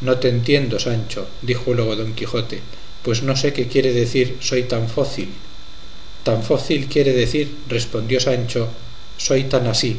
no te entiendo sancho dijo luego don quijote pues no sé qué quiere decir soy tan fócil tan fócil quiere decir respondió sancho soy tan así